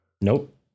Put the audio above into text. Nope